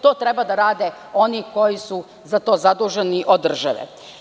To treba da rade oni koji su za to zaduženi od države.